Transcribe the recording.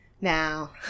Now